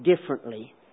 differently